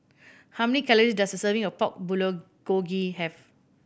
how many calories does a serving of Pork Bulgogi have